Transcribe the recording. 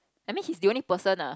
I mean he's the only person lah